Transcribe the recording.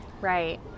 Right